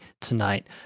tonight